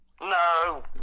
No